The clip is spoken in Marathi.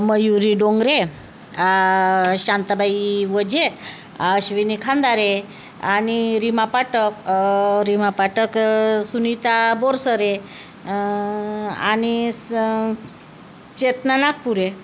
मयुरी डोंगरे शांताबाई वजे अश्विनी खांदारे आणि रिमा पाटक रिमा पाटक सुनीता बोरसरे आणि स चेतना नागपुरे